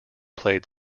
played